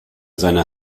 seine